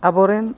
ᱟᱵᱚ ᱨᱮᱱ